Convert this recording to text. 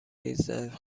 ریزد